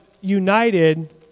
united